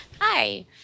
Hi